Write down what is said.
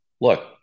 Look